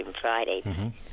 Friday